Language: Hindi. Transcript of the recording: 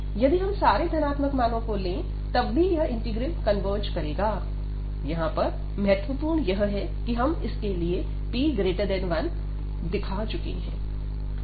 यदि हम सारे धनात्मक मानों को ले तब भी यह इंटीग्रल कन्वर्ज करेगा यहां पर महत्वपूर्ण यह है कि हम इसके लिए p1 दिखा चुके हैं